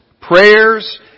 prayers